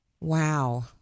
Wow